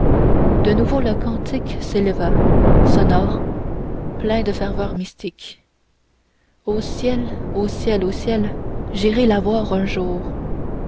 de nouveau le cantique s'éleva sonore plein de ferveur mystique au ciel au ciel au ciel j'irai la voir un jour